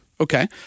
Okay